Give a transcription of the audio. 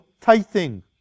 tithing